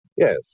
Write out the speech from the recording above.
Yes